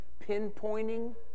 pinpointing